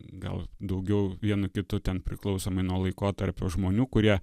gal daugiau vienu kitu ten priklausomai nuo laikotarpio žmonių kurie